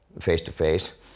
face-to-face